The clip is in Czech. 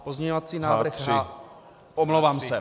Pozměňovací návrhy Omlouvám se.